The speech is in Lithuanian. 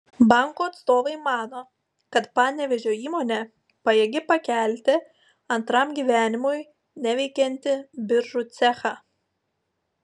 banko atstovai mano kad panevėžio įmonė pajėgi pakelti antram gyvenimui neveikiantį biržų cechą